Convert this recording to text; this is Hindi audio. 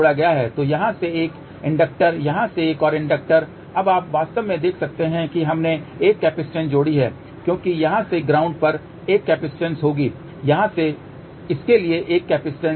तो यहाँ से एक इंडक्टर यहाँ से एक और इंडक्टर अब आप वास्तव में देख सकते हैं कि हमने केवल एक केपिसिटंस जोड़ी है क्योंकि यहाँ से ग्राउंड पर एक केपिसिटंस होगी यहाँ से इसके लिए एक केपिसिटंस